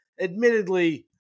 Admittedly